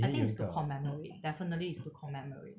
I think it's to commemorate definitely is to commemorate